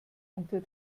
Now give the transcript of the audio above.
unter